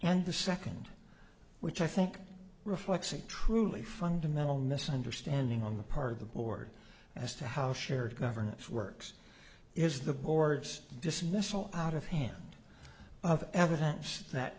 and the second which i think reflects a truly fundamental misunderstanding on the part of the board as to how shared governance works is the board's dismissal out of hand of evidence that